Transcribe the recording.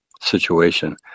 situation